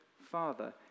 father